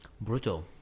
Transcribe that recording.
Brutal